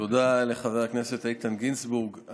תודה לחבר הכנסת איתן גינזבורג.